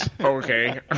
Okay